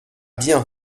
bien